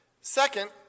Second